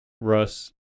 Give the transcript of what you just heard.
Russ